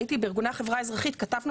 כשהייתי בארגוני החברה האזרחית כתבנו